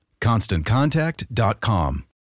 ConstantContact.com